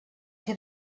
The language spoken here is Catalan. ser